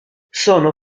sono